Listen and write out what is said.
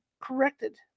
corrected